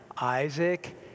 Isaac